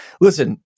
listen